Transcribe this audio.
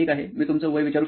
मी तुमचं वय विचारू शकतो का